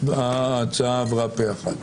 ההצעה עברה פה אחד.